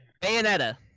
Bayonetta